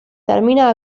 termina